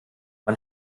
man